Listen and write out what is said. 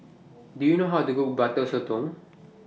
Do YOU know How to Cook Butter Sotong